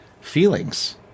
feelings